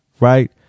right